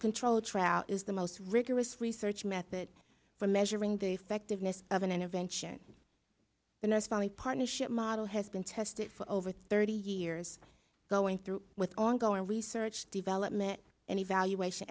control trout is the most rigorous research method for measuring the effectiveness of an intervention in a family partnership model has been tested for over thirty years going through with ongoing research development and evaluation